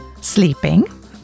sleeping